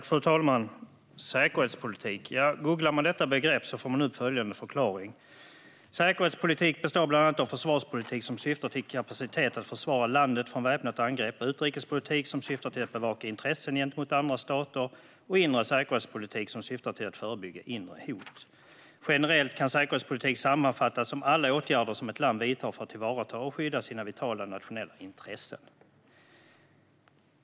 Fru talman! Om man googlar på begreppet "säkerhetspolitik" får man fram följande förklaring: "Säkerhetspolitik består bland annat av försvarspolitik som syftar till kapacitet att försvara landet från väpnat angrepp, utrikespolitik som syftar till att bevaka intressen gentemot andra stater och inre säkerhetspolitik som syftar till att förebygga inre hot. Generellt kan säkerhetspolitik sammanfattas som alla åtgärder som ett land vidtar för att tillvarata/skydda sina vitala nationella intressen."